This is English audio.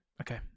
Okay